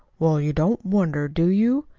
well, you don't wonder, do you?